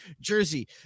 Jersey